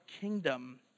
kingdom